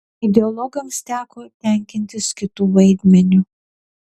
ideologams teko tenkintis kitu vaidmeniu